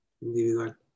individual